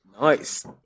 Nice